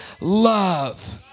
love